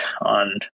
on